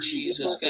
Jesus